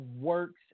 works